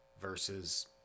versus